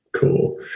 Cool